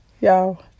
Y'all